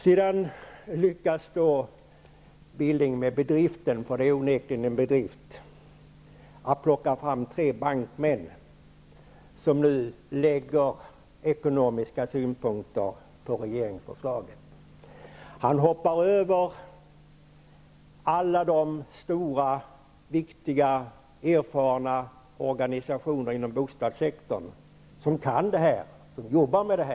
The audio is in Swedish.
Sedan lyckas Billing med bedriften -- det är onekligen en bedrift -- att plocka fram tre bankmän som anlägger ekonomiska synpunkter på regeringsförslaget. Han förbiser alla stora, viktiga och erfarna organisationer på bostadssektorn som kan de här frågorna och jobbar med dem.